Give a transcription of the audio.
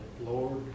Lord